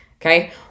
okay